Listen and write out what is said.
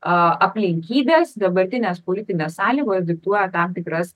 a aplinkybės dabartinės politinės sąlygos diktuoja tam tikras